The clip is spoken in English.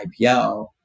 IPO